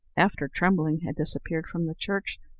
after trembling had disappeared from the church,